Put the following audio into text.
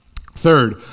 Third